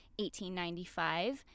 1895